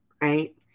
Right